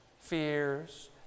fears